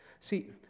See